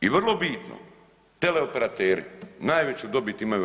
I vrlo bitno teleoperateri najveću dobit imaju u RH.